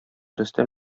рөстәм